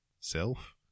self